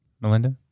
Melinda